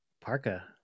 parka